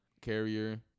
carrier